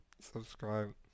subscribe